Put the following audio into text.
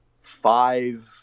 five